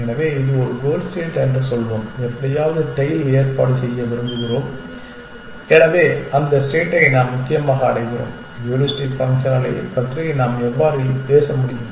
எனவே இது ஒரு கோல் ஸ்டேட் என்று சொல்வோம் எப்படியாவது டெயில் ஏற்பாடு செய்ய விரும்புகிறோம் எனவே அந்த ஸ்டேட்டை நாம் முக்கியமாக அடைகிறோம் ஹூரிஸ்டிக் ஃபங்க்ஷன்களைப் பற்றி நாம் எவ்வாறு பேச முடியும்